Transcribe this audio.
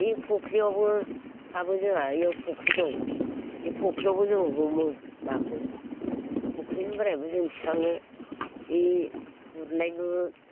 बे फख्रियावबो हाबो जोङा बियाव फख्रि दं बे फख्रियावबो जों हमो नाखौ फख्रिनिफ्रायबो जों थिखाङो बि गुरनायबो